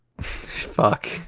Fuck